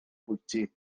bwyty